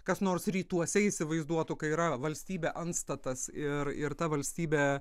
kas nors rytuose įsivaizduotų kai yra valstybė antstatas ir ir ta valstybė